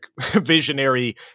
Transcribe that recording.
visionary